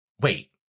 Wait